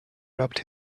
rubbed